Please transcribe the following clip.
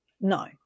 No